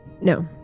No